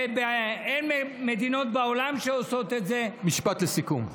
אין מדינות בעולם שעושות את זה, משפט לסיכום.